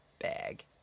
bag